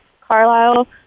Carlisle